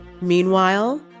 Meanwhile